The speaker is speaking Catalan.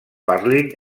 parlin